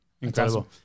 Incredible